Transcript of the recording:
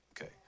Okay